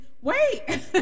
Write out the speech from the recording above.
wait